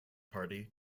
party